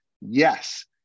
yes